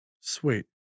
Sweet